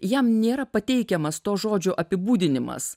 jam nėra pateikiamas to žodžio apibūdinimas